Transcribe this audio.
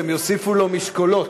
הם יוסיפו לו משקולות.